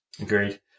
agreed